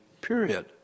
period